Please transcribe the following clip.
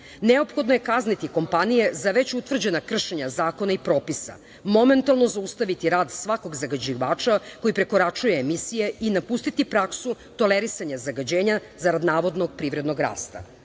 Neophodno je kazniti kompanije za već utvrđena kršenja zakona i propisa. Momentalno zaustaviti rad svakog zagađivača koji prekoračuje emisije i napustiti praksu tolerisanja zagađenja, zarad navodno privrednog rasta.